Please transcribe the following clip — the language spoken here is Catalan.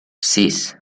sis